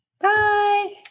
Bye